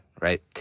right